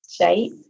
shape